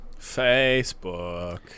Facebook